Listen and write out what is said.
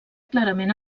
clarament